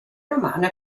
romane